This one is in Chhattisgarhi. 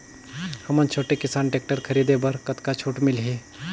हमन छोटे किसान टेक्टर खरीदे बर कतका छूट मिलही?